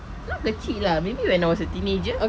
not kecil lah maybe when I was a teenager